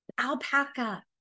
alpaca